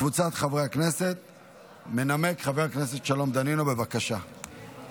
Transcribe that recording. התקבלה בקריאה טרומית ותעבור לוועדת הפנים והגנת הסביבה